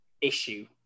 issue